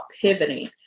pivoting